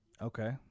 Okay